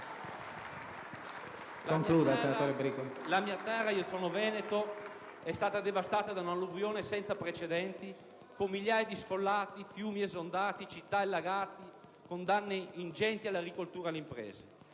La mia terra - sono veneto - è stata devastata da un'alluvione senza precedenti, con migliaia di sfollati, fiumi esondati, città allagate, danni ingenti all'agricoltura e alle imprese.